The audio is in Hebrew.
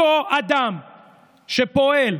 אותו אדם שפועל